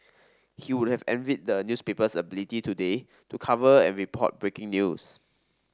he would have envied the newspaper's ability today to cover and report breaking news